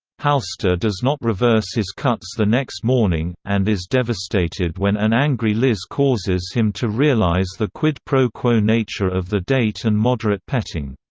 halster does not reverse his cuts the next morning, and is devastated when an angry liz causes him to realise the quid-pro-quo nature of the date and moderate petting.